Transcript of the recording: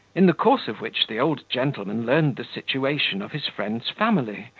in the course of which the old gentleman learned the situation of his friend's family,